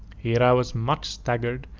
here i was much staggered,